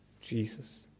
Jesus